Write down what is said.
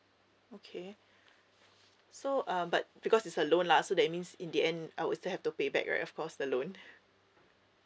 okay so um but because it's a loan lah so that means in the end I would still have to pay back right of course the loan